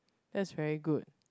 that's very good